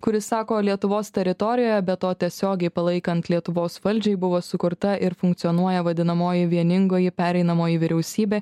kuris sako lietuvos teritorijoje be to tiesiogiai palaikant lietuvos valdžiai buvo sukurta ir funkcionuoja vadinamoji vieningoji pereinamoji vyriausybė